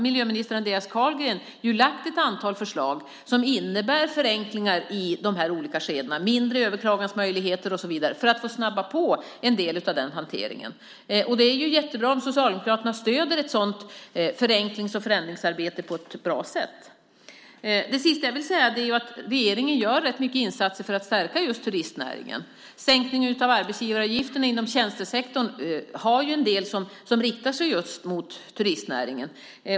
Miljöminister Andreas Carlgren har lagt fram ett antal förslag som innebär förenklingar i de olika skedena - färre överklagansmöjligheter och så vidare - just för att snabba på en del av hanteringen. Det är jättebra om Socialdemokraterna stöder ett sådant förenklings och förändringsarbete. Slutligen vill jag säga att regeringen gör ganska mycket insatser för att stärka turistnäringen. Sänkningen av arbetsgivaravgifterna inom tjänstesektorn riktar sig till en del mot just turistnäringen.